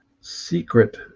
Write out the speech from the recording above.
secret